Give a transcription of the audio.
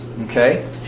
okay